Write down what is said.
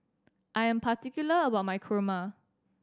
I am particular about my Kurma